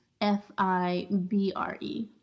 F-I-B-R-E